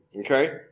okay